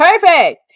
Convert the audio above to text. Perfect